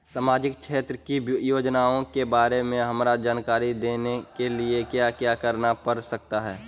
सामाजिक क्षेत्र की योजनाओं के बारे में हमरा जानकारी देने के लिए क्या क्या करना पड़ सकता है?